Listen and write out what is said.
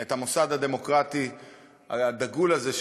את המוסד הדמוקרטי הדגול הזה,